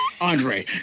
Andre